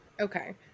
Okay